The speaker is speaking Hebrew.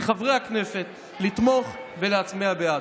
מחברי הכנסת, לתמוך ולהצביע בעד.